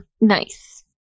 Nice